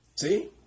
See